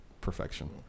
perfection